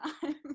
time